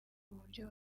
uburyo